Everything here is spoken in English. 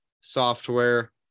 software